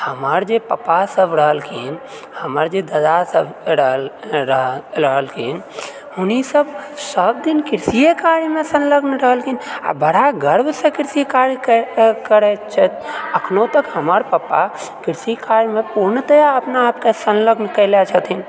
हमर जे पापासभ रहलखिन हमर जे दादासभ रहल रह रहलखिन हुनीसभ सभ दिन कृषिए कार्यमऽ सङ्लग्न रहलखिन आ बड़ा गर्वसँ कृषि कार्य कर करैत छथि अखनो तक हमर पापा कृषि कार्यमऽ पूर्णतया अपना आपकऽ सङ्लग्न कयले छथिन